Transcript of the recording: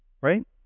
Right